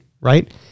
right